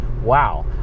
Wow